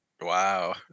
Wow